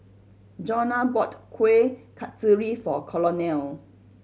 Jonna bought Kuih Kasturi for Colonel